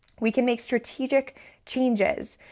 we can make strategic changes,